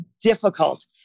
difficult